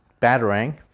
Batarang